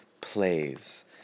plays